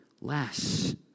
less